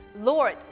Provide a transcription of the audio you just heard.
Lord